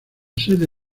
sede